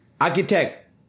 Architect